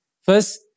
First